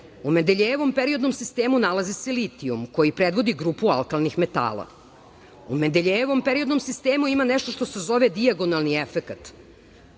u Mendeljejevom periodnom sistemu nalazi se litijum koji predvodi grupu alkalnih metala. U Mendeljejevom periodnom sistemu ima nešto što se zove dijagonalni efekat,